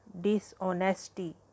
dishonesty